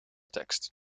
tekst